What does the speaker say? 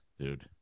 dude